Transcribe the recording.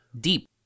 deep